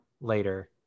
later